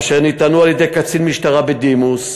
אשר נטענו על-ידי קצין משטרה בדימוס,